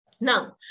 Now